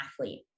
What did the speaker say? athlete